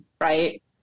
Right